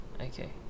Okay